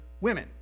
women